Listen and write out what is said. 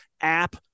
App